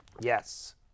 Yes